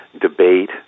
debate